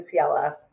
Luciella